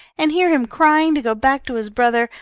and hear him crying to go back to his brother,